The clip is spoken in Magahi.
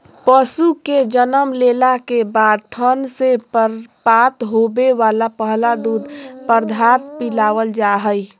पशु के जन्म लेला के बाद थन से प्राप्त होवे वला पहला दूध पदार्थ पिलावल जा हई